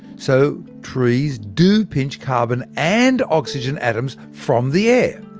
so trees do pinch carbon and oxygen atoms from the air!